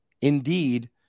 indeed